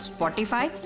Spotify